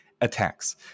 attacks